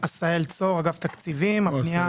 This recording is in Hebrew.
הפנייה